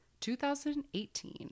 2018